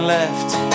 left